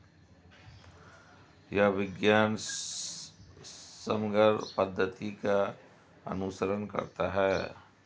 यह विज्ञान समग्र पद्धति का अनुसरण करता है